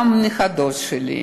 גם הנכדות שלי,